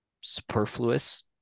superfluous